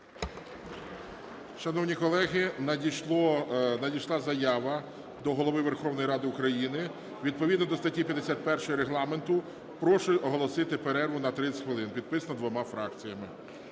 Шановні колеги, надійшла заява до Голови Верховної Ради України: відповідно до статті 51 Регламенту прошу оголосити перерву на 30 хвилин. Підписано двома фракціями.